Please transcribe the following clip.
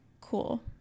cool